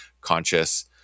conscious